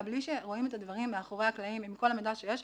בלי שרואים את הדברים מאחורי הקלעים עם כל המידע שיש,